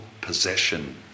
possession